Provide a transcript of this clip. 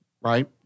right